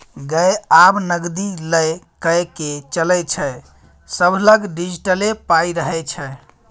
गै आब नगदी लए कए के चलै छै सभलग डिजिटले पाइ रहय छै